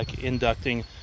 inducting